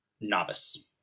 novice